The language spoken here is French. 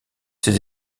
ses